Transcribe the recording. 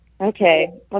Okay